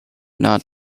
not